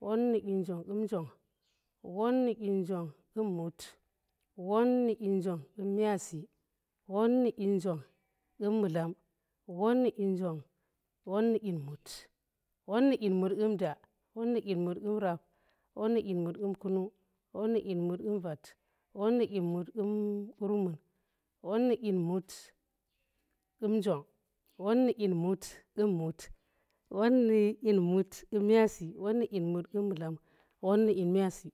won nu dyin jong qum njong. won nu dyin jong qum mut. won nu dyin jong qum myazi. won nu dyin jong qum mudlam. won nu dyin mut. won nu dyin mut qum da. won nu dyin mut qum rap. won nu dyin mut qum kunung. won nu dyin mut qum vat. won nu dyin mut qum qurmun. won nu dyin mut qum njong. won nu dyin mut qum mut. won nu dyin mut qum myazi. won nu dyin mut qum mudlam.